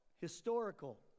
Historical